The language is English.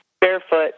barefoot